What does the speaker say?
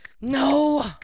No